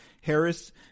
Harris